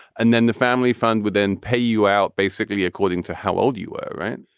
and then the family fund would then pay you out basically according to how old you were, right?